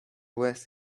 west